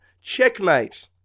Checkmate